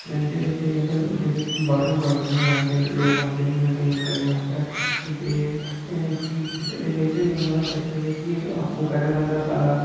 expensive बिच्च आई जंदा जेह्दे बिच्च बाहृुं गार्डनर आंदे न लोग आंदे न मेनटेन करने आस्तै ते चीप बिच्च होई जंदा सस्ते बिच्च कि आपूं करै बंदा सारा